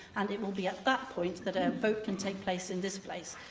and it will be at that point that a vote can take place in this place.